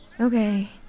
Okay